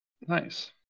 Nice